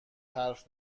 حرف